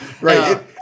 Right